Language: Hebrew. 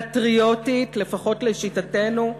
פטריוטית, לפחות לשיטתנו,